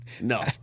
No